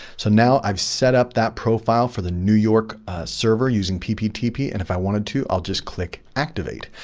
so now i've set up that profile for the new york server using pptp and if i wanted to, i'll just click activate.